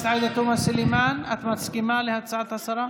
כתב לי מישהו שמבחינה הלכתית אסור לסרס.